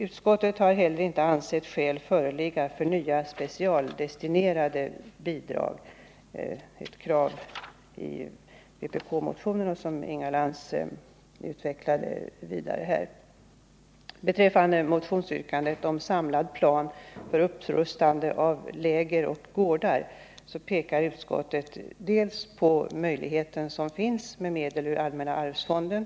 Utskottet har heller inte ansett skäl föreligga för nya specialdestinerade bidrag —- ett krav som förs fram i vpk-motionen och som Inga Lantz utvecklade vidare i sitt anförande här. Beträffande motionsyrkandet om en samlad plan för upprustning av sommaroch lägergårdar pekar utskottet på den möjlighet som finns att få medel ur allmänna arvsfonden.